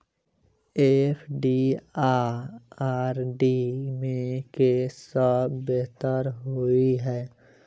FD आ RD मे केँ सा बेहतर होइ है?